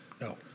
no